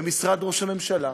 במשרד ראש הממשלה,